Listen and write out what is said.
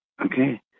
okay